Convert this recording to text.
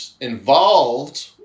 involved